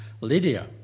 Lydia